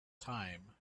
time